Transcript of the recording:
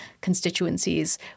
constituencies